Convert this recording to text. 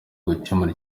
gukemura